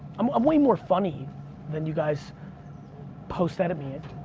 um i'm way more funny than you guys post edit me. and